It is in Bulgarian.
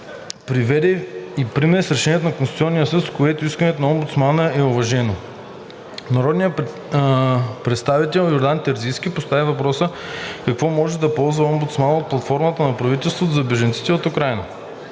приведе и пример с решение на Конституционния съд, с което искането на омбудсмана е уважено. Народният представител Йордан Терзийски постави въпрос какво може да ползва омбудсманът от платформата на правителството за бежанците от Украйна.